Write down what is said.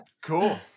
Cool